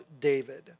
David